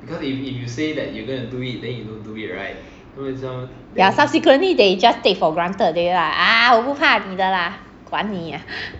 yeah subsequently they just take for granted ah 我不怕你的啦管你